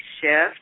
shift